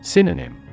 Synonym